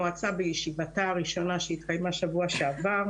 המועצה בישיבתה הראשונה שהתקיימה בשבוע שעבר,